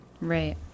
Right